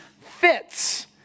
fits